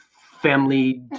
family